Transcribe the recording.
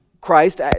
Christ